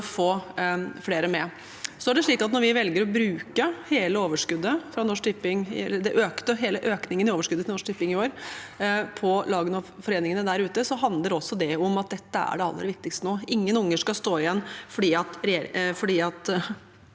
Når vi velger å bruke hele økningen i overskuddet fra Norsk Tipping i år på lagene og foreningene der ute, handler også det om at dette er det aller viktigste nå. Ingen unger skal stå igjen fordi